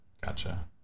Gotcha